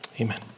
amen